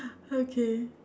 okay